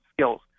skills